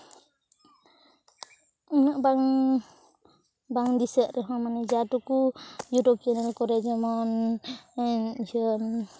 ᱩᱱᱟᱹᱜ ᱵᱟᱝ ᱵᱟᱝ ᱫᱤᱥᱟᱹᱜ ᱨᱮᱦᱚᱸ ᱢᱟᱱᱮ ᱡᱟ ᱴᱩᱠᱩ ᱤᱭᱩᱴᱩᱵᱽ ᱪᱮᱱᱮᱞ ᱠᱚᱨᱮ ᱡᱮᱢᱚᱱ ᱤᱭᱟᱹ